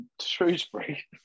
Shrewsbury